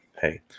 hey